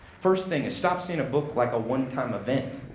first thing stop seeing a book like a one-time event.